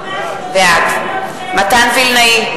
בעד מתן וילנאי,